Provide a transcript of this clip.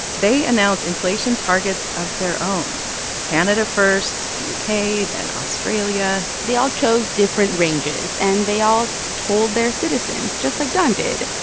they announce inflation targets of their own canada first, the u k, then australia they all chose different ranges, and they all told their citizens just like don did.